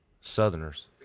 Southerners